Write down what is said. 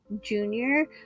Junior